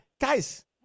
guys